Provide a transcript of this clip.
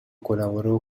colaboró